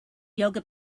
yoga